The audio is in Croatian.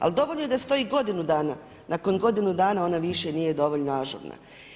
Ali dovoljno je da stoji i godinu dana, nakon godinu dana ona više nije dovoljno ažurna.